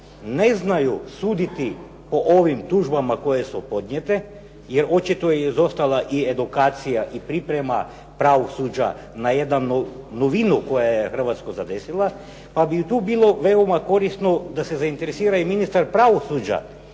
ne znaju suditi o ovim tužbama koje su podnijete, jer očito je izostala i edukacija i priprema pravosuđa na jednu novinu koja je Hrvatsku zadesila, pa bi tu bilo veoma korisno da se zainteresira i ministar pravosuđa